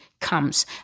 comes